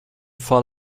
fall